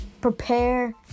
prepare